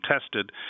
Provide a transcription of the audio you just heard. tested